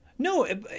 No